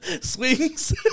swings